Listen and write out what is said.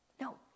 No